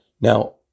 Now